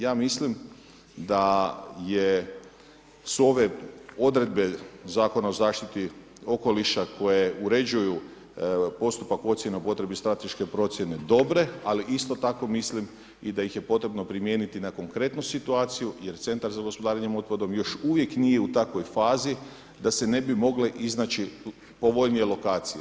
Ja mislim da su ove odredbe Zakona o zaštiti okoliša koje uređuju postupak ocjene o potrebi strateške procjene dobre, ali isto tako mislim i da ih je potrebno primijeniti na konkretnu situaciju jer centar za gospodarenjem otpadom još uvijek nije u takvoj fazi da se ne bi mogle iznaći povoljnije lokacije.